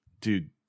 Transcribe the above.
Dude